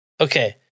Okay